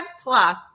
plus